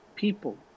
People